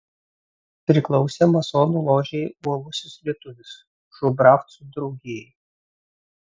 priklausė masonų ložei uolusis lietuvis šubravcų draugijai